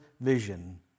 vision